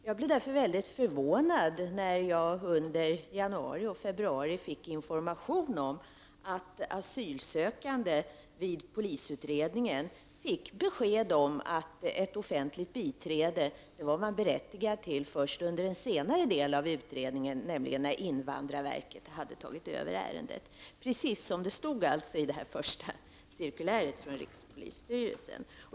Jag blev därför mycket förvånad när jag under januari och februari fick information om att asylsökande vid polisutredningen fick besked om att de var berättigade till offentligt biträde först under en senare del av utredningen, nämligen när invandrarverket hade tagit över ärendet, alltså precis det som stod i det första cirkuläret från rikspolisstyrelsen.